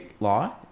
law